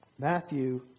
Matthew